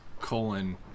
colon